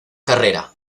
carrera